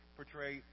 portray